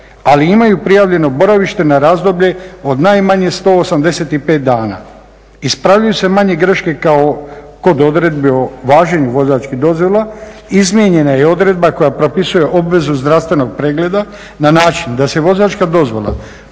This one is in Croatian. ali imaju prijavljeno boravište na razdoblje od najmanje 185 dana. Ispravljaju se manje greške kao kod odredbi o važenju vozačkih dozvola. Izmijenjana je odredba koja propisuje obvezu zdravstvenog pregleda na način da se vozačka dozvola